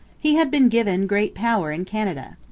he had been given great power in canada.